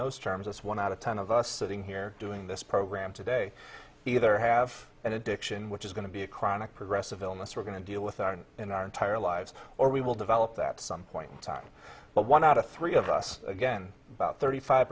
those terms as one out of ten of us sitting here doing this program today either have an addiction which is going to be a chronic progressive illness we're going to deal with our in our entire lives or we will develop that some point in time but one out of three of us again about thirty five